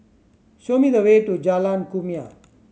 show me the way to Jalan Kumia